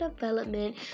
development